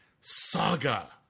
saga